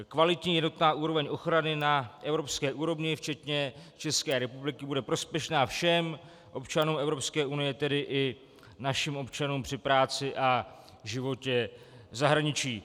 Kvalitní jednotná úroveň ochrany na evropské úrovni včetně České republiky bude prospěšná všem občanům Evropské unie, tedy i našim občanům při práci a životě v zahraničí.